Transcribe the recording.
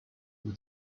who